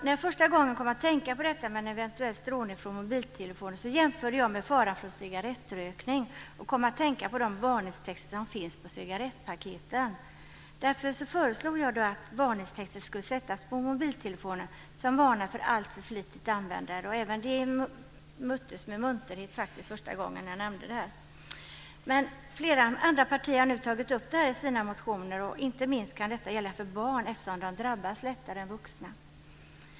När jag första gången kom att tänka på detta med en eventuell strålning från mobiltelefoner jämförde jag det med faran från cigarettrökning. Jag kom att tänka på de varningstexter som finns på cigarettpaketen. Därför föreslog jag att varningstexter som varnar för alltför flitigt användande skulle sättas på mobiltelefoner. Det möttes med munterhet första gången jag nämnde det. Flera andra partier har nu också tagit upp detta i sina motioner. Inte minst kan det gälla för barn, eftersom de drabbas lättare än vuxna.